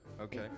Okay